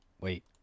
Wait